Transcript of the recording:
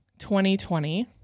2020